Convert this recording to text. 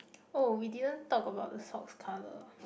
oh we didn't talk about the socks colour